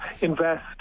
invest